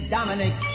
Dominic